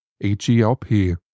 H-E-L-P